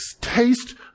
taste